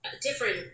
different